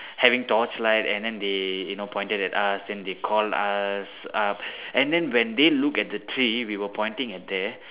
having torch lights and then they you know pointed at us and they call us up and then when they look at the tree we were pointing at there